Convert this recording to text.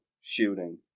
shooting